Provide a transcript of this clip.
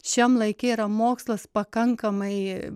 šiam laike yra mokslas pakankamai